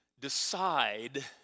decide